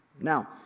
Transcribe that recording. Now